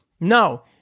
No